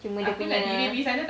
cuma dia punya